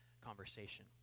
conversation